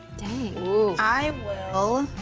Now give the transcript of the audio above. dang. oof. i will